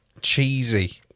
cheesy